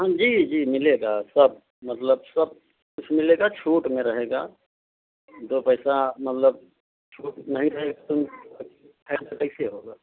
हाँ जी जी जी मिलेगा सब मतलब सब कुछ मिलेगा छूट में रहेगा दो पैसा मतलब छूट नहीं रहेगा ऐसे कैसे होगा